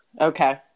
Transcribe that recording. Okay